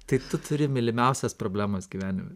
tai tu turi mylimiausias problemas gyvenime